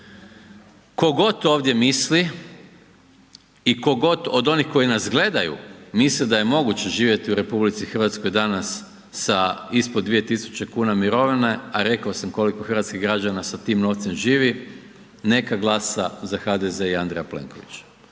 ko god ovdje misli i ko god od onih koji nas gledaju misli da je moguće živjeti u RH danas sa ispod 2.000,00 kn mirovine, a reko sam koliko hrvatskih građana sa tim novcem živi, neka glasa za HDZ i Andreja Plenkovića